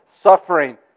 suffering